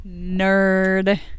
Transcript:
nerd